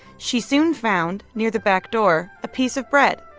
she soon found near the back door a piece of bread.